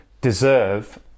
deserve